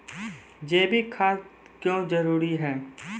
जैविक खाद क्यो जरूरी हैं?